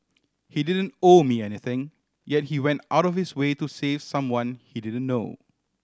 he didn't owe me anything yet he went out of his way to save someone he didn't know